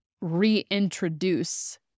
reintroduce